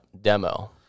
Demo